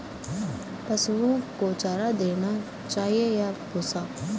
पशुओं को चारा देना चाहिए या भूसा?